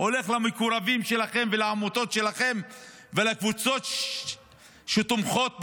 הולך למקורבים שלכם ולעמותות שלכם ולקבוצות שתומכות בכם.